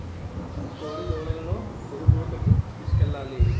కోడిదూడలను ఎరుపూతకి తీసుకెళ్లాలి